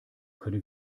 können